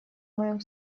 моем